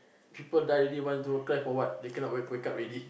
people die already want you to cry for what they cannot wake wake up already